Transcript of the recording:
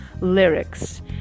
lyrics